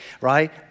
right